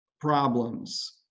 problems